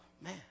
man